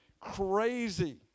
crazy